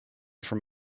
from